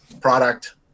product